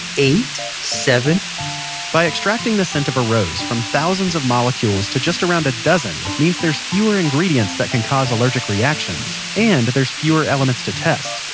eight, seven point by extracting the scent of a rose from thousands of molecules to just around a dozen means there's fewer ingredients that can cause allergic reactions, and there's fewer elements to test.